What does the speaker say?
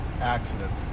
accidents